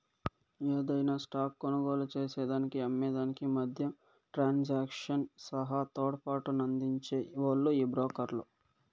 యాదైన స్టాక్ కొనుగోలు చేసేదానికి అమ్మే దానికి మద్యం ట్రాన్సాక్షన్ సహా తోడ్పాటునందించే ఓల్లు ఈ బ్రోకర్లు